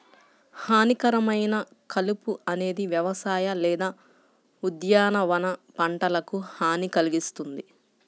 హానికరమైన కలుపు అనేది వ్యవసాయ లేదా ఉద్యానవన పంటలకు హాని కల్గిస్తుంది